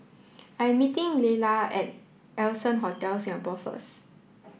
I'm meeting Laylah at Allson Hotel Singapore first